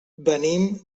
venim